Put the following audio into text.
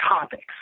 topics